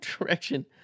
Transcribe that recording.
direction